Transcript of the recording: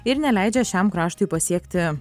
ir neleidžia šiam kraštui pasiekti